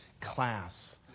Class